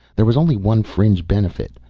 there was only one fringe benefit.